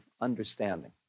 understanding